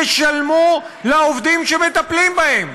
ישלמו לעובדים שמטפלים בהם?